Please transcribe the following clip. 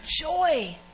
joy